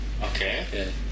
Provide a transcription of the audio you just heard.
Okay